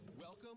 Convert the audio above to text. welcome